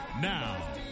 Now